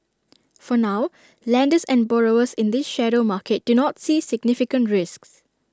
for now lenders and borrowers in this shadow market do not see significant risks